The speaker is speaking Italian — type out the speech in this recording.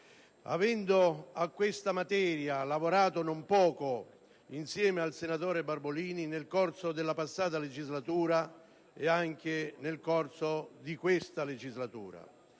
avendo a questa materia lavorato non poco insieme al senatore Barbolini nel corso della passata e anche dell'attuale legislatura.